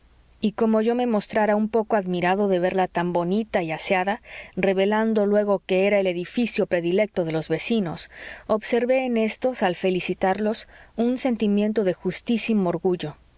y como yo me mostrara un poco admirado de verla tan bonita y aseada revelando luego que era el edificio predilecto de los vecinos observé en éstos al felicitarlos un sentimiento de justísimo orgullo